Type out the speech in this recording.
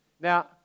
Now